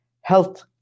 health